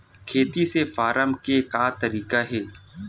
खेती से फारम के का तरीका हे?